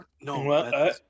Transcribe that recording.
No